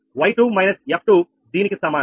y2 − 𝑓2 దీనికి సమానం